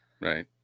Right